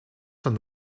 son